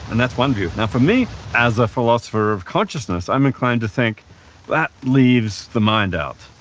and that's one view. now, for me, as a philosopher of consciousness, i'm inclined to think that leaves the mind out.